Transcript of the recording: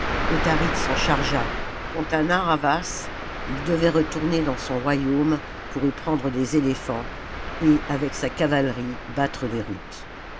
autharite s'en chargea qjliant à narr'havas il devait retourner dans son royaume pour y prendre des éléphants et avec sa cavalerie battre les routes